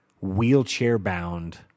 wheelchair-bound